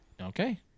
Okay